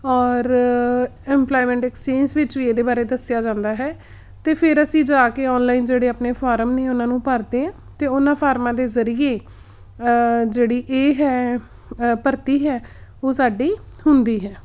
ਔਰ employment exchange ਵਿੱਚ ਵੀ ਇਹਦੇ ਬਾਰੇ ਦੱਸਿਆ ਜਾਂਦਾ ਹੈ ਅਤੇ ਫਿਰ ਅਸੀਂ ਜਾ ਕੇ ਔਨਲਾਈਨ ਜਿਹੜੇ ਆਪਣੇ ਫਾਰਮ ਨੇ ਉਹਨਾਂ ਨੂੰ ਭਰਦੇ ਹਾਂ ਅਤੇ ਉਹਨਾਂ ਫਾਰਮਾਂ ਦੇ ਜ਼ਰੀਏ ਜਿਹੜੀ ਇਹ ਹੈ ਅ ਭਰਤੀ ਹੈ ਉਹ ਸਾਡੀ ਹੁੰਦੀ ਹੈ